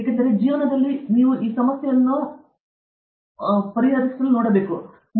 ಏಕೆಂದರೆ ಜೀವನದಲ್ಲಿ ನೀವು ಈ ಸಮಸ್ಯೆಯಲ್ಲಿ ಕೆಲಸ ಮಾಡಲಾಗುವುದಿಲ್ಲ